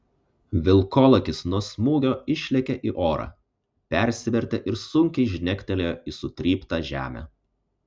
vilkolakis nuo smūgio išlėkė į orą persivertė ir sunkiai žnektelėjo į sutryptą žemę